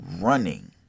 running